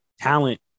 talent